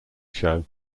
show